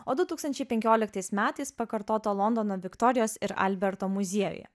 o du tūkstančiai penkioliktais metais pakartoto londono viktorijos ir alberto muziejuje